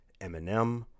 Eminem